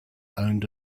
owned